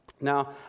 Now